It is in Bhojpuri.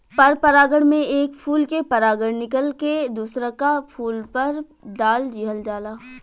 पर परागण में एक फूल के परागण निकल के दुसरका फूल पर दाल दीहल जाला